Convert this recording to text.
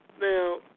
Now